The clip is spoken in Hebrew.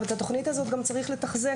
אבל את התוכנית הזאת גם צריך לתחזק.